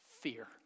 fear